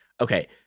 okay